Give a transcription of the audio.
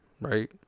right